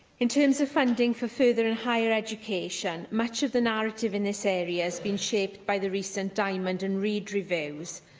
in terms of funding for further and higher education, much of the narrative in this area has been shaped by the recent diamond and reid reviews.